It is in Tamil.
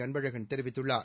அன்பழகன் தெரிவித்துள்ளார்